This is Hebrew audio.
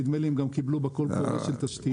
נדמה לי שהם גם קיבלו בקול הקורא של תשתיות.